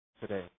today